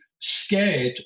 Scared